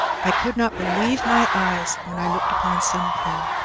i could not believe my eyes when i looked upon some of them.